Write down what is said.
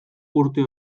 urte